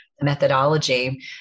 methodology